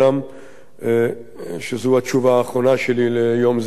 שזו התשובה האחרונה שלי ליום זה ולא אוסיף